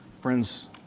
Friends